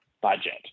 budget